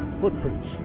Footprints